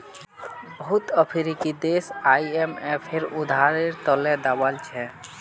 बहुत अफ्रीकी देश आईएमएफेर उधारेर त ल दबाल छ